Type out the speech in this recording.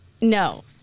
No